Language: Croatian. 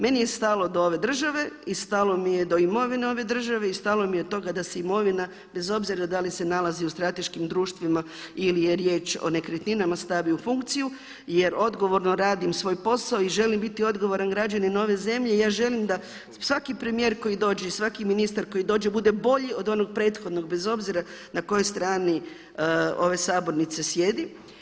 Meni je stalo do ove države i stalo mi je do imovine ove države i stalo mi je do toga da se imovina bez obzira da li se nalazi u strateškim društvima ili je riječ o nekretninama stavi u funkciju jer odgovorno radim svoj posao i želim biti odgovoran građanin ove zemlje i ja želim da svaki premijer koji dođe i svaki ministar koji dođe bude bolji od onog prethodnog bez obzira na kojoj strani ove sabornice sjedi.